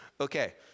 Okay